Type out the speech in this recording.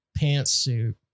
pantsuit